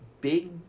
big